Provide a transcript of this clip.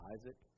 Isaac